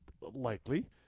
likely